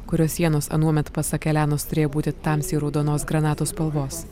kurio sienos anuomet pasak elenos turėjo būti tamsiai raudonos granatų spalvos